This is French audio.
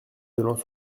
donnant